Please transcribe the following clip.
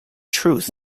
truth